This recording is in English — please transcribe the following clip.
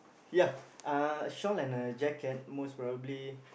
ya uh a shawl and a jacket most probably